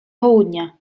południa